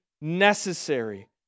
necessary